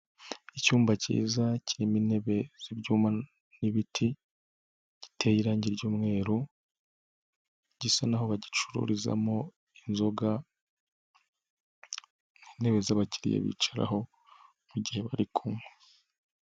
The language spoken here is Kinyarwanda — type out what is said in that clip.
Icyumba cyiza kirimo intebe z'ibyuma n'ibiti giteye irange ry'umweru gisa naho bagicururizamo inzoga, hari intebe z'abakiriya bicaraho mu gihe bari kunywa.